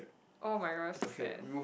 oh-my-god so sad